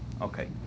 Okay